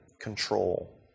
control